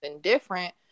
different